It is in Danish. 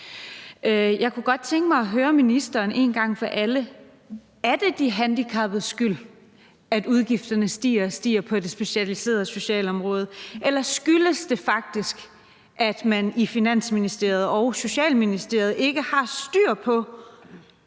Jeg kunne godt tænke mig høre ministeren én gang for alle: Er det de handicappedes skyld, at udgifterne stiger og stiger på det specialiserede socialområde, eller skyldes det faktisk, at man i Finansministeriet og Socialministeriet ikke har styr på,